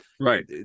right